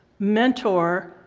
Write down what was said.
mentor,